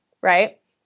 right